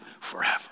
forever